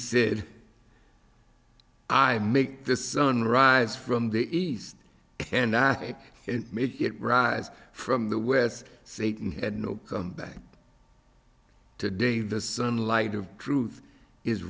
said i make the sun rise from the east and i make it rise from the west satan had no comeback to day the sunlight of truth is